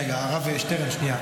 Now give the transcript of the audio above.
הרב שטרן, שנייה.